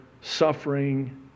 suffering